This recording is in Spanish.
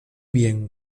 bien